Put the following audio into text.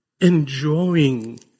enjoying